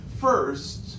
first